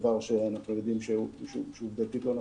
דבר שאנחנו יודעים שהוא עובדתית לא נכון,